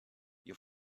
you